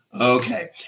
Okay